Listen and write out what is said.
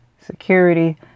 security